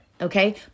Okay